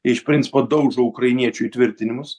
iš principo daužo ukrainiečių įtvirtinimus